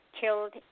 killed